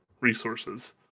resources